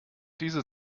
diese